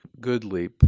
GoodLeap